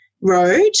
road